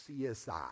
CSI